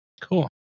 Cool